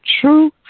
True